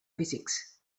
physics